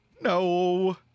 No